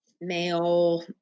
male